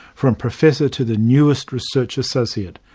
from professor to the newest research associate.